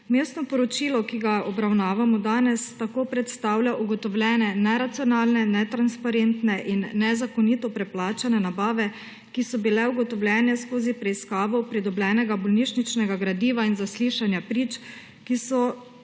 Vmesno poročilo, ki ga obravnavamo danes, tako predstavlja ugotovljene neracionalne, netransparentne in nezakonito preplačane nabave, ki so bile ugotovljene skozi preiskavo pridobljenega bolnišničnega gradiva in zaslišanja prič, ki so